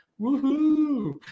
Woohoo